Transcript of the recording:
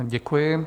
Děkuji.